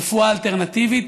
רפואה אלטרנטיבית,